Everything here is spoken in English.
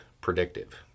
predictive